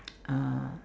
uh